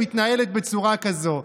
שמתנהלת בצורה כזאת,